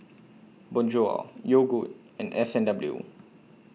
Bonjour Yogood and S and W